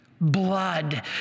Blood